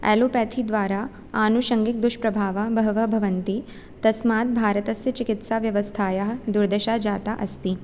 एलोपथिद्वारा आनुषङ्गिकदुष्प्रभावाः बहवः भवन्ति तस्मात् भारतस्य चिकित्साव्यवस्थायाः दुर्दशा जाता अस्ति